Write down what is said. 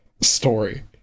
story